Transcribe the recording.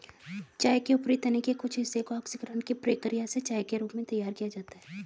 चाय के ऊपरी तने के कुछ हिस्से को ऑक्सीकरण की प्रक्रिया से चाय के रूप में तैयार किया जाता है